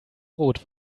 rot